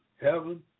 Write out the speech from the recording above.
heaven